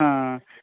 ਹਾਂ